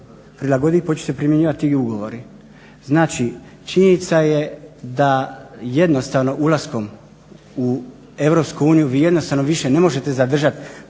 prilagoditi i počet će se primjenjivati ugovori. Znači činjenica je da jednostavno ulaskom u EU vi jednostavno više ne možete zadržati